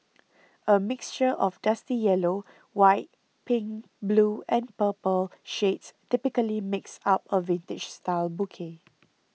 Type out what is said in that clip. a mixture of dusty yellow white pink blue and purple shades typically makes up a vintage style bouquet